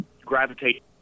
gravitate